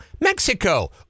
Mexico